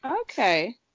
Okay